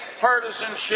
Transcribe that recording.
partisanship